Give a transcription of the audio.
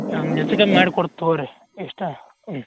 ನಮಗೆ ಚಿಕನ್ ಮಾಡ್ಕೊಡಿ ತೊಗೊಳ್ರಿ ಇಷ್ಟ ಹ್ಞೂ